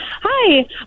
Hi